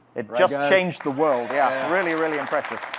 it just changed the world, yeah. really, really impressive.